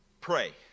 pray